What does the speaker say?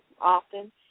often